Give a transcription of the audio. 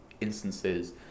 instances